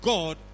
God